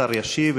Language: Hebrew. השר ישיב.